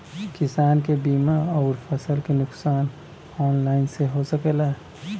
किसान के बीमा अउर फसल के नुकसान ऑनलाइन से हो सकेला?